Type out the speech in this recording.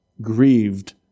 grieved